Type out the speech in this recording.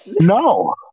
No